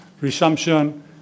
resumption